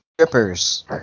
strippers